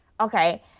Okay